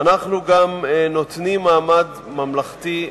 אנחנו גם נותנים מעמד ממלכתי,